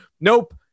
Nope